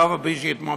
ואף על פי שיתמהמה,